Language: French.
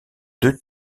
deux